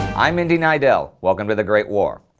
i'm indy neidell welcome to the great war.